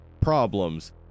problems